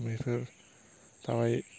बेफोर थाबाय